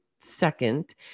second